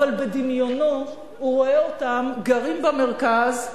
אבל בדמיונו הוא רואה אותם גרים במרכז,